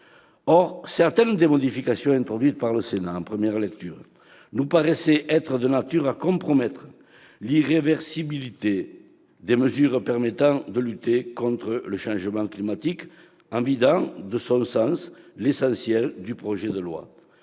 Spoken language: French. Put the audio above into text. Or certaines des modifications introduites par le Sénat en première lecture nous paraissent de nature à compromettre l'irréversibilité des mesures permettant de lutter contre le changement climatique en vidant de son sens l'essentiel du projet de loi.